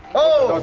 oh